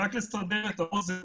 רק לסבר את האוזן,